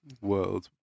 world